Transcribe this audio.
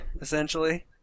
essentially